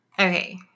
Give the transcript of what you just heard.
Okay